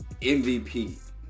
MVP